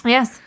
Yes